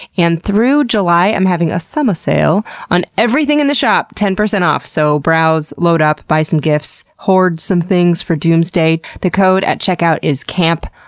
and through july, i'm having a summer sale on everything in the shop. ten percent off, so browse, load up, buy some gifts, hoard some things for doomsday. the code at checkout is campologies.